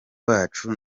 wacu